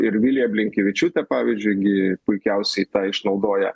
ir vilija blinkevičiūtė pavyzdžiui gi puikiausiai tą išnaudoja